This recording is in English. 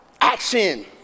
action